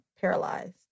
paralyzed